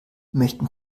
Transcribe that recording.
möchten